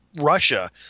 Russia